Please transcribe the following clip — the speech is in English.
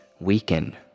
weaken